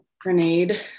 grenade